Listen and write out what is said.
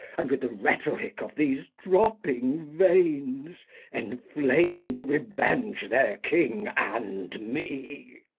and with the rhetorick of these dropping veins enfiame em to revenge their king and me